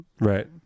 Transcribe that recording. right